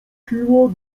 siła